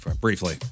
briefly